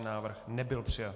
Návrh nebyl přijat.